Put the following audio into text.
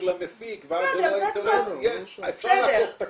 למפיק ואז --- אפשר לעקוף את הכל.